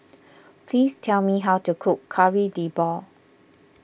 please tell me how to cook Kari Debal